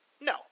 No